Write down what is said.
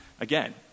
Again